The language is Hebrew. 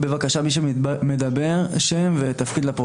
תומכת.